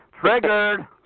Triggered